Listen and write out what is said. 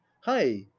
Hi